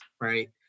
right